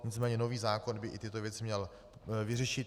Nicméně nový zákon by i tyto věci měl vyřešit.